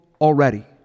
already